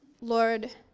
Lord